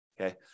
okay